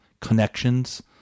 connections